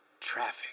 Traffic